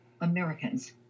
Americans